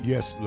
Yes